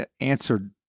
answered